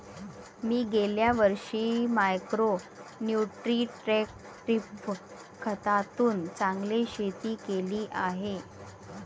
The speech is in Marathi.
मी गेल्या वर्षी मायक्रो न्युट्रिट्रेटिव्ह खतातून चांगले शेती केली आहे